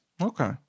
Okay